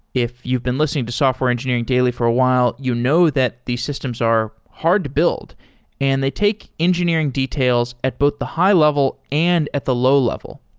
if you've been listening to software engineering daily for a while, you know that these systems are hard to build and they take engineering details at both the high-level and at the low-level.